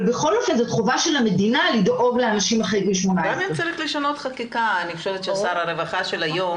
בכל אופן זאת חובה של המדינה לדאוג לאנשים אחרי גיל 18. גם אם צריך לשנות חקיקה אני חושבת ששר הרווחה של היום